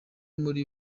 muri